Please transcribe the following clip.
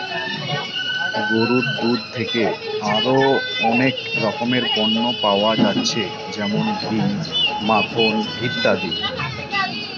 গরুর দুধ থিকে আরো অনেক রকমের পণ্য পায়া যাচ্ছে যেমন ঘি, মাখন ইত্যাদি